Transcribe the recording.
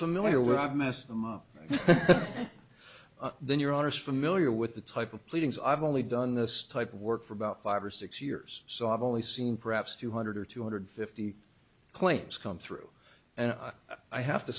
familiar with i've messed them up then you're honest familiar with the type of pleadings i've only done this type of work for about five or six years so i've only seen perhaps two hundred or two hundred fifty claims come through and i have to